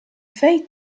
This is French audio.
feuille